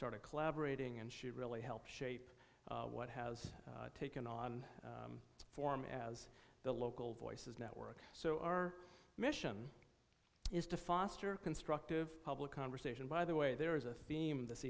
started collaborating and she really helped shape what has taken on form as the local voices network so our mission is to foster constructive public conversation by the way there is a theme in this